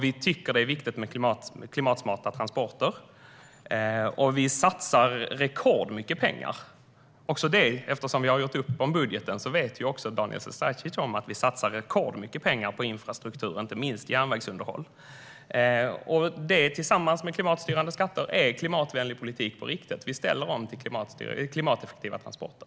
Vi tycker att det är viktigt med klimatsmarta transporter, och vi satsar rekordmycket pengar. Eftersom vi har gjort upp om budgeten vet Daniel Sestrajcic att vi satsar rekordmycket pengar på infrastruktur, inte minst på järnvägsunderhåll. Detta tillsammans med klimatstyrande skatter är klimatvänlig politik på riktigt. Vi ställer om till klimateffektiva transporter.